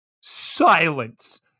silence